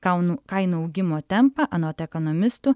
kaunų kainų augimo tempą anot ekonomistų